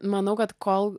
manau kad kol